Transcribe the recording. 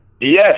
yes